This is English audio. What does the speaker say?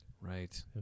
right